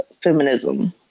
feminism